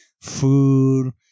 Food